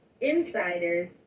insiders